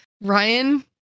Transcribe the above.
ryan